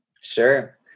Sure